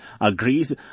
agrees